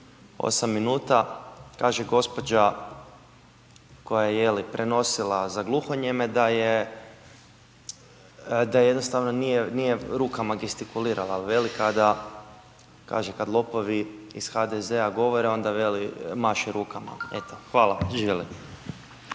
8 minuta, kaže gospođa koja je je li, prenosila za gluhonijeme, da jednostavno nije rukama gestikulirala ali veli kada, kaže kada lopovi iz HDZ-a govore, onda veli maše rukama. Eto,